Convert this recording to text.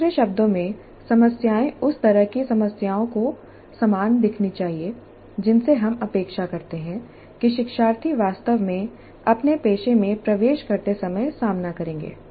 दूसरे शब्दों में समस्याएँ उस तरह की समस्याओं के समान दिखनी चाहिए जिनसे हम अपेक्षा करते हैं कि शिक्षार्थी वास्तव में अपने पेशे में प्रवेश करते समय सामना करेंगे